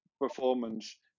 performance